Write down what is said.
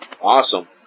Awesome